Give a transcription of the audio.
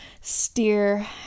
Steer